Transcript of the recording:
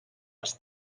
els